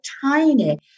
tiny